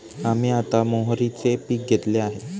आम्ही आता मोहरीचे पीक घेतले आहे